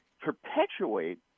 perpetuate